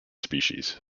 species